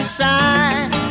side